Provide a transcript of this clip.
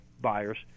buyers